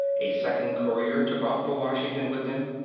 a second courier took off for washington with them.